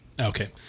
Okay